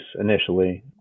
initially